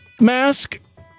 mask